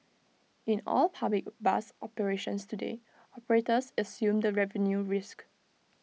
in all public bus operations today operators assume the revenue risk